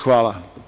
Hvala.